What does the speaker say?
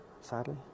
sadly